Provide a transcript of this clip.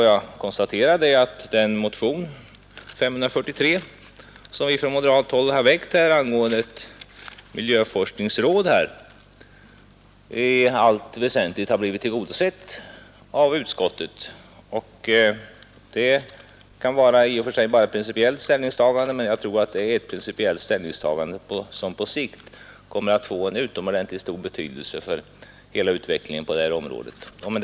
Jag konstaterar att våra önskemål i motionen 543 angående ett miljöforskningsråd i allt väsentligt har blivit tillgodosedda av utskottet. Det rör sig kanske om ett principiellt ställningstagande, men jag tror ändå att det är ett ställningstagande som på sikt kan få utomordentligt stor betydelse för hela utvecklingen på detta område. Herr talman!